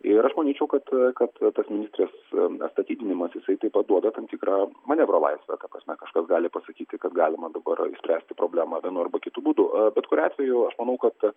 ir aš manyčiau kad kad tas ministrės atstatydinimas jisai taip pat duoda tam tikrą manevro laisvę ta prasme kažkas gali pasakyti kad galima dabar išspręsti problemą vienu arba kitu būdu bet kuriuo atveju aš manau kad